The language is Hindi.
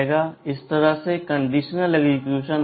इस तरह से कंडीशनल एक्सेक्यूशन होता है